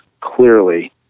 clearly